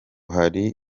hari